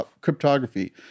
cryptography